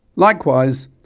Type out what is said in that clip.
likewise,